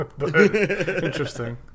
Interesting